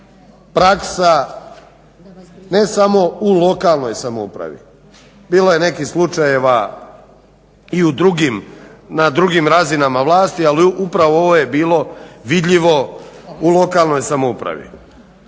praksa ne samo u lokalnoj samoupravi, bilo je nekih slučajeva i na drugim razinama vlasti ali upravo ovo je bilo vidljivo u lokalnoj samoupravi